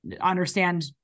understand